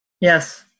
Yes